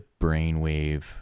brainwave